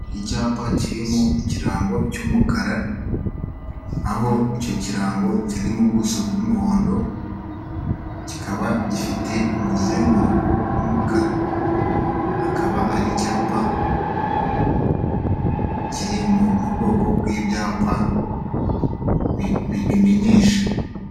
Icyapa kirimo ikirango cy'umukara, aho icyo kirango kiri mu buso bw'umuhondo, kikaba gifite umuzenguruko w'umukara, akaba ari icyapa kiri mu bwoko bw'ibyapa bimenyesha.